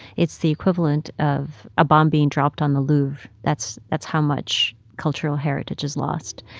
it's the equivalent of a bomb being dropped on the louvre. that's that's how much cultural heritage is lost.